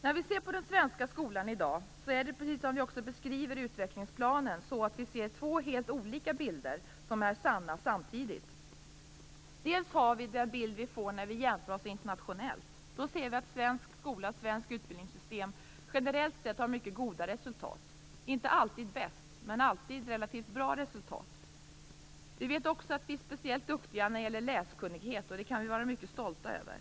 När man ser på den svenska skolan i dag är det, precis som det beskrivs i utvecklingsplanen, två helt olika bilder man ser som är sanna samtidigt. Man ser dels den bild man får när man jämför Sverige internationellt. Då ser man att svensk skola och svenskt utbildningssystem generellt sett har mycket goda resultat - inte alltid bäst, men alltid relativt bra resultat. I Sverige är vi speciellt duktiga när det gäller läskunnighet, och det kan vi vara mycket stolta över.